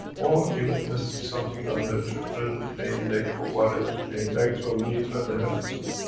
or, even testing something on her children pain, neck or whatever pain, legs or knees when they hurt themselves.